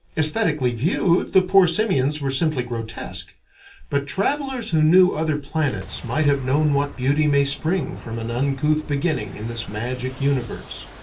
aesthetically viewed, the poor simians were simply grotesque but travelers who knew other planets might have known what beauty may spring from an uncouth beginning in this magic universe.